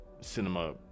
cinema